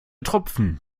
tropfen